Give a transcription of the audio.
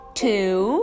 two